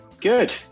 Good